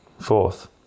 fourth